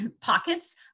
pockets